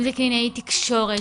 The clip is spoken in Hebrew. אם זה קלינאית תקשורת.